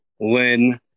Lynn